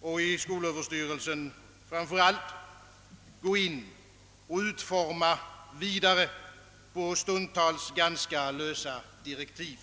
och framför allt i skolöverstyrelsen komma in och sköta den vidare utformningen på stundtals ganska lösa direktiv.